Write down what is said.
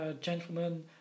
gentlemen